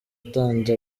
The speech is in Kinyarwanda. atanze